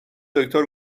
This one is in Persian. دکتر